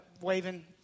waving